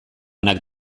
onak